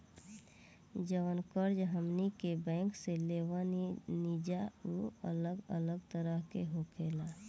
जवन कर्ज हमनी के बैंक से लेवे निजा उ अलग अलग तरह के होखेला